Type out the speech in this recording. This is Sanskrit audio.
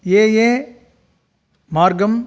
ये ये मार्गम्